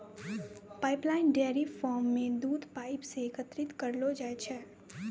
pipeline dairy farm म दूध pipe सें एकत्रित करलो जाय छै